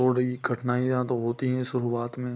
थोड़ी कठिनाइयाँ तो होती है शुरुआत में